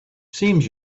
seems